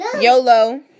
YOLO